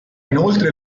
inoltre